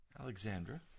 Alexandra